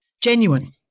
Genuine